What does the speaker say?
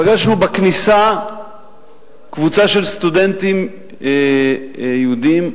פגשנו בכניסה קבוצה של סטודנטים יהודים,